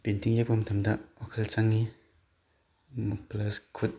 painting ꯌꯦꯛꯄ ꯃꯇꯝꯗ ꯋꯥꯈꯜ ꯆꯪꯉꯤ ꯄ꯭ꯂꯁ ꯈꯨꯠ